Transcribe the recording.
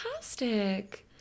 fantastic